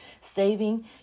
Saving